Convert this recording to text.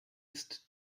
ist